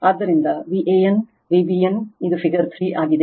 ಆದ್ದರಿಂದ Van Vbn ಇದು figure 3 ಆಗಿದೆ